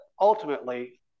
ultimately